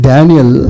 Daniel